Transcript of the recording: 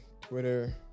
Twitter